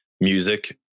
Music